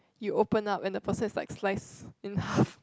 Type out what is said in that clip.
you open up and the person is like slice in half